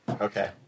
Okay